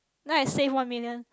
then I save one million